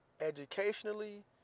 educationally